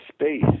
space